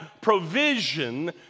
provision